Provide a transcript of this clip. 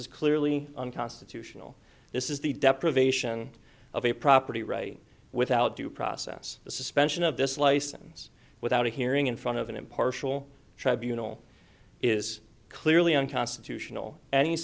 is clearly unconstitutional this is the deprivation of a property right without due process the suspension of this license without a hearing in front of an impartial tribunal is clearly unconstitutional an